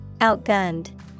Outgunned